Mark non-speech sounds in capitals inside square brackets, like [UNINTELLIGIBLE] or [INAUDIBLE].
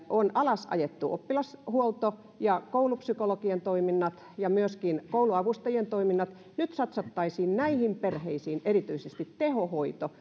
on alas ajettu oppilashuolto ja koulupsykologien toiminnat ja myöskin kouluavustajien toiminnat nyt satsattaisiin erityisesti näihin perheisiin tehohoito [UNINTELLIGIBLE]